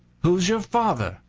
who's your father?